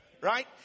right